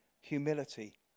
humility